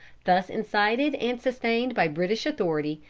thus incited and sustained by british authority,